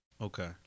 Okay